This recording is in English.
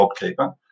JobKeeper